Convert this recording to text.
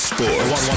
Sports